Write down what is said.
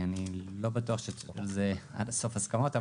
אני לא בטוח שיש על זה עד הסוף הסכמות,